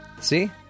See